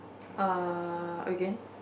uh again